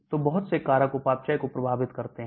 तो बहुत से कारक उपापचय को प्रभावित करते हैं